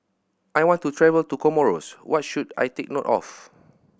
I want to travel to Comoros what should I take note of